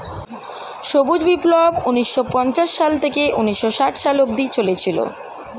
সবুজ বিপ্লব ঊন্নিশো পঞ্চাশ সাল থেকে ঊন্নিশো ষাট সালে অব্দি চলেছিল